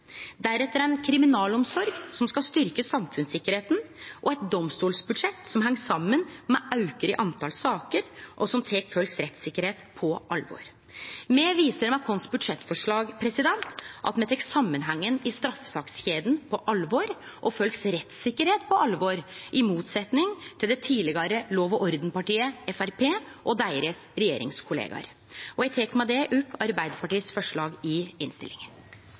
deretter ei kriminalomsorg som skal styrkje samfunnstryggleiken, og eit domstolsbudsjett som heng saman med auken i talet på saker, og som tek folks rettstryggleik på alvor. Me viser gjennom budsjettforslaget vårt at me tek samanhengen i straffesakskjeda og folks rettstryggleik på alvor, i motsetning til det tidlegare lov-og-orden-partiet Framstegspartiet og deira regjeringskollegaer. Eg tek med det opp